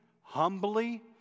humbly